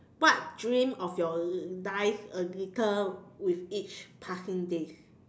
what dream of your dies a little with each passing day